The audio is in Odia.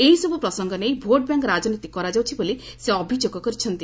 ଏହିସବୁ ପ୍ରସଙ୍ଗ ନେଇ ଭୋଟ ବ୍ୟାଙ୍କ୍ ରାଜନୀତି କରାଯାଉଛି ବୋଲି ସେ ଅଭିଯୋଗ କରିଛନ୍ତି